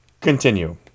continue